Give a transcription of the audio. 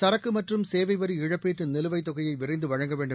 சரக்கு மற்றும் சேவைவரி இழப்பீட்டு நிலுவைத்தொகையை விரைந்து வழங்க வேண்டும்